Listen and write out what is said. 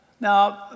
Now